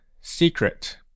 secret